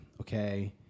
Okay